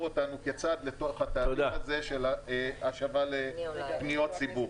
אותנו כצד לתוך התהליך הזה של השבה לפניות הציבור.